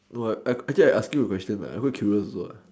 no I I actually ask you a question I quite curious also